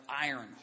iron